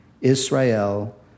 Israel